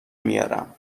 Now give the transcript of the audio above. میارم